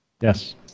Yes